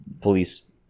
police